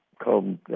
called